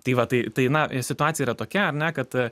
tai va tai tai na situacija yra tokia kad